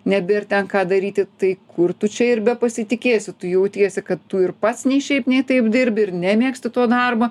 nebėr ten ką daryti tai kur tu čia ir bepasitikėsi tu jautiesi kad tu ir pats nei šiaip nei taip dirbi ir nemėgsti to darbo